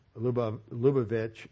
Lubavitch